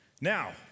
Now